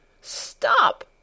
Stop